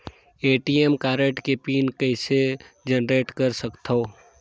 ATM card के PIN कइसे generate कर सकथव?